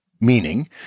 meaning